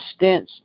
stents